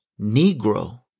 Negro